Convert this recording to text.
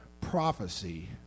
prophecy